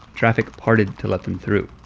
traffic parted to let them through.